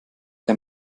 der